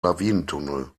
lawinentunnel